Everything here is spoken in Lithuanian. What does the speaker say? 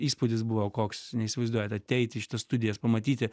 įspūdis buvo koks neįsivaizduojat ateit į šitas studijas pamatyti